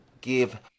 give